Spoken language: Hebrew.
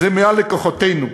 זה מעל לכוחותינו.